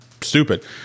stupid